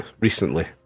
recently